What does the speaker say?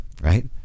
right